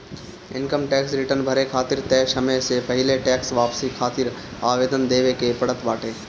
income tax return भरे खातिर तय समय से पहिले टेक्स वापसी खातिर आवेदन देवे के पड़त बाटे